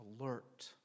alert